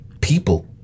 people